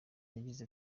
yagize